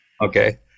okay